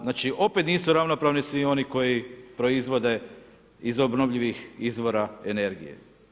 Znači, opet nisu ravnopravni svi oni koji proizvode iz obnovljivih izvora energije.